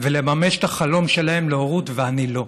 ולממש את החלום שלהם להורות ואני לא.